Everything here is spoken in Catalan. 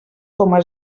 coma